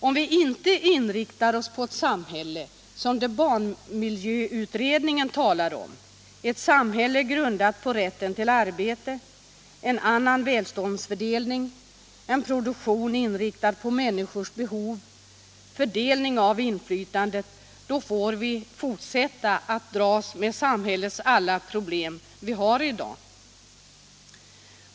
Om vi inte inriktar oss på ett samhälle som det barnmiljöutredningen talar om — ett samhälle grundat på rätten till arbete, en annan välståndsfördelning, en produktion inriktad på människors behov, fördelning av inflytandet — får vi fortsätta att dras med alla de samhällets problem som vi har i dag.